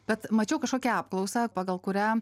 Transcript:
bet mačiau kažkokią apklausą pagal kurią